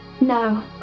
no